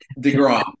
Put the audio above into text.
Degrom